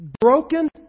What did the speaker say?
broken